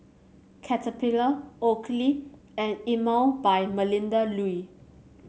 Caterpillar Oakley and Emel by Melinda Looi